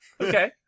Okay